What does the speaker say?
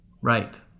Right